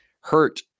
hurt